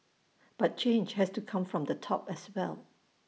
but change has to come from the top as well